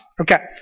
Okay